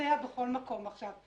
נוסע בכל מקום אחר.